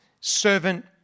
servant